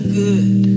good